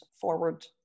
forward